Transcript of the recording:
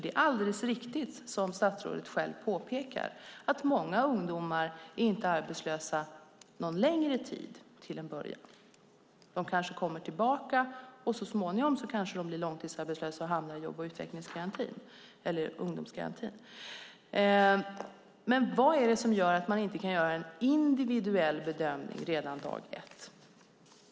Det är alldeles riktigt, som statsrådet påpekar, att många ungdomar inte är arbetslösa någon längre tid till en början och att de kanske kommer tillbaka och så småningom kanske blir långtidsarbetslösa och hamnar i jobb och utvecklingsgarantin eller ungdomsgarantin. Vad är det som gör att man inte kan göra en individuell bedömning redan dag ett?